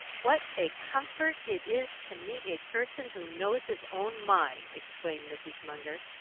what a comfort it is to meet a person who knows his own mind! exclaimed mrs. munger.